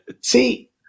See